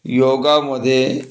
योगामध्ये